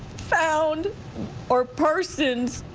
found or persons,